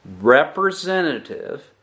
representative